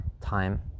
time